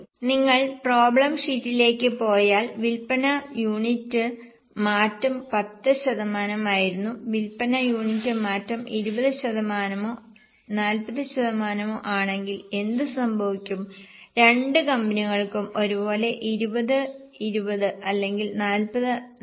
നിങ്ങൾ പ്രോബ്ലം ഷീറ്റിലേക്ക് പോയാൽ വിൽപ്പന യൂണിറ്റ് മാറ്റം 10 ശതമാനമായിരുന്നു വിൽപ്പന യൂണിറ്റ് മാറ്റം 20 ശതമാനമോ 40 ശതമാനമോ ആണെങ്കിൽ എന്ത് സംഭവിക്കും രണ്ട് കമ്പനികൾക്കും ഒരുപോലെ 20 20 അല്ലെങ്കിൽ 40 40